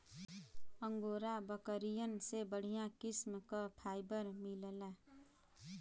angora बकरियन से बढ़िया किस्म क फाइबर मिलला